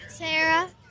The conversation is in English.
Sarah